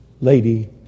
lady